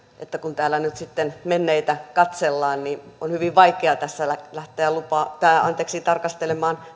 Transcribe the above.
että kun täällä nyt sitten menneitä katsellaan niin on hyvin vaikea tässä lähteä tarkastelemaan